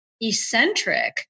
eccentric